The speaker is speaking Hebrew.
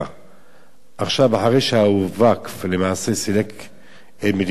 אחרי שהווקף למעשה סילק את מדינת ישראל מהאתר,